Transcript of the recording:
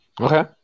okay